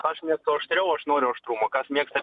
aš mėgstu aštriau aš noriu aštrumo kas mėgsta